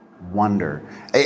wonder